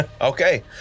Okay